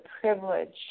privilege